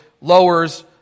lowers